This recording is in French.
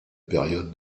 période